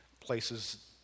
places